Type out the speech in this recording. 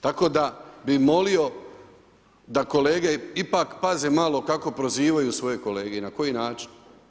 Tako da bih molio da kolege ipak paze malo kako prozivaju svoje kolege i na koji način.